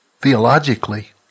theologically